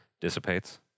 dissipates